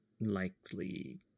likely